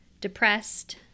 depressed